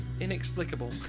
Inexplicable